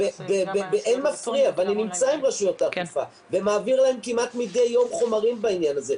אני נמצא עם רשויות האכיפה ומעביר להם כמעט מדי יום חומרים בעניין הזה.